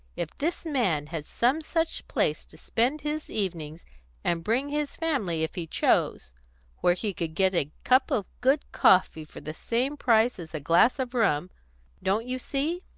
if this man had some such place to spend his evenings and bring his family if he chose where he could get a cup of good coffee for the same price as a glass of rum don't you see?